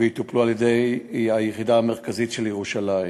ויטופלו על-ידי היחידה המרכזית של ירושלים.